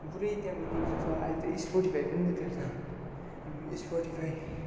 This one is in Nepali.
पुरै त्यहाँबाट किन्नुसक्छ अहिले त स्पोटिफाई पनि निक्लिएको छ स्पोटिफाई